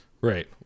Right